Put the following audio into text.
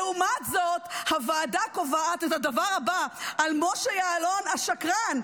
לעומת זאת הוועדה קובעת את הדבר הבא על משה יעלון השקרן.